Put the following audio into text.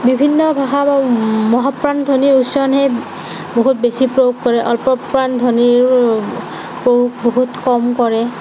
বিভিন্ন ভাষাত মহাপ্ৰাণ ধ্বনিৰ উচ্চাৰণেই বহুত বেছি প্ৰয়োগ কৰে অল্পপ্ৰাণ ধ্বনিৰো প্ৰয়োগ বহুত কম কৰে